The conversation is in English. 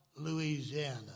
Louisiana